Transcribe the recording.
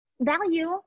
value